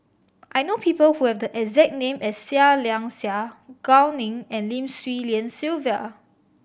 I know people who have the exact name as Seah Liang Seah Gao Ning and Lim Swee Lian Sylvia